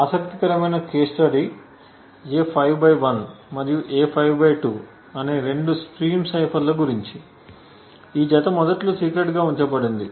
ఆసక్తికరమైన సందర్భ పరిశీలన A51 మరియు A52 అనే రెండు స్ట్రీమ్ సైఫర్ల గురించి ఈ జత మొదట్లో సీక్రెట్ గా ఉంచబడింది